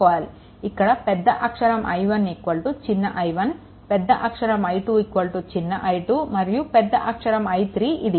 ఇక్కడ పెద్ద అక్షరం I1 చిన్న i1 పెద్ద అక్షరం I2 చిన్న i2 మరియు పెద్ద అక్షరం I3 ఇది